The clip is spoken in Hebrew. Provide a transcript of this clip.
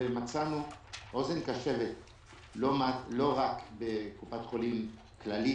ומצאנו אוזן קשבת לא רק בקופת חולים כללית,